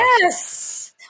Yes